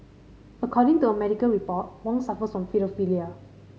according to a medical report Wong suffers from paedophilia